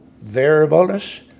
variableness